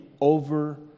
over